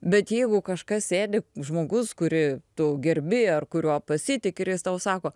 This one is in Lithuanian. bet jeigu kažkas sėdi žmogus kurį tu gerbi ar kuriuo pasitiki ir jis tau sako